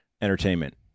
entertainment